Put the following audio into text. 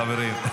חברים.